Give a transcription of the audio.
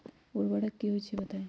उर्वरक की होई छई बताई?